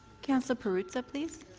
councillor perks, please.